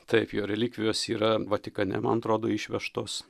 taip jo relikvijos yra vatikane man atrodo išvežtos